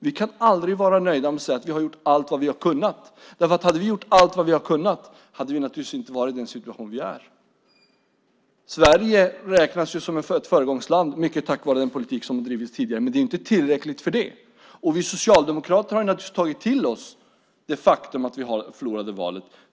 Vi kan aldrig vara nöjda och säga att vi har gjort allt vad vi har kunnat, för hade vi gjort allt vad vi har kunnat hade vi naturligtvis inte varit i den situation vi nu är i. Sverige räknas ju som ett föregångsland, mycket tack vare den politik som drivits tidigare, men det är inte tillräckligt för det. Och vi socialdemokrater har naturligtvis tagit till oss det faktum att vi förlorade valet.